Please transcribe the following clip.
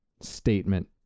statement